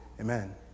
Amen